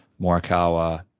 Morikawa